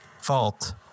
fault